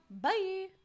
Bye